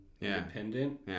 independent